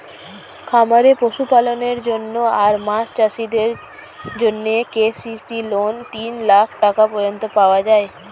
খামারে পশুপালনের জন্য আর মাছ চাষিদের জন্যে কে.সি.সি লোন তিন লাখ টাকা পর্যন্ত পাওয়া যায়